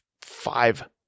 five